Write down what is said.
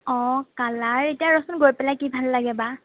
অ কালাৰ এতিয়া ৰ'চোন গৈ পেলাই কি ভাল লাগে বা